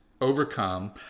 overcome